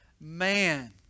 man